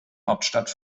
hauptstadt